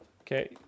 Okay